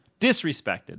Disrespected